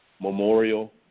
Memorial